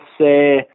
say